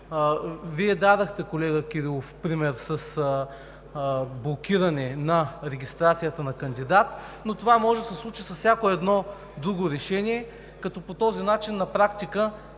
Вие дадохте, колега Кирилов, пример с блокиране на регистрацията на кандидат, но това може да се случи с всяко едно друго решение, като по този начин на практика